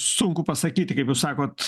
sunku pasakyti kaip jūs sakot